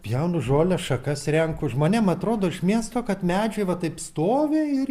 pjaunu žolę šakas renku žmonės atrodo iš miesto kad medžiai va taip stovi ir